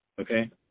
okay